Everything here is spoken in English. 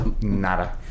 Nada